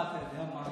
מה, אתה יודע מה,